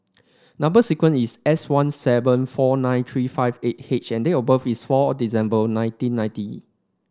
number sequence is S one seven four nine three five eight H and date of birth is four December nineteen ninety